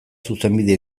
zuzenbide